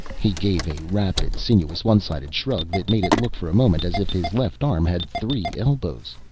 he gave a rapid sinuous one-sided shrug that made it look for a moment as if his left arm had three elbows.